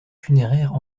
funéraire